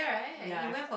ya I've